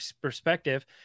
perspective